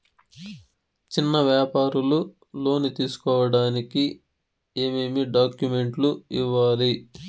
చిన్న వ్యాపారులు లోను తీసుకోడానికి ఏమేమి డాక్యుమెంట్లు ఇవ్వాలి?